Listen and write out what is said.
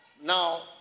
Now